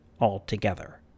altogether